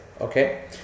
Okay